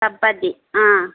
chapati ஆ